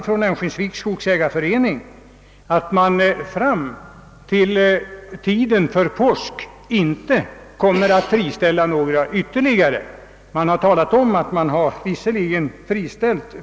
från Örnsköldsviks skogsägareförening att man inte kommer att friställa några arbetare före påsk utöver de 50 man som redan friställts.